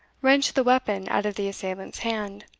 wrenched the weapon out of the assailant's hand,